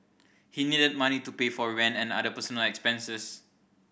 he needed money to pay for rent and other personal expenses